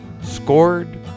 scored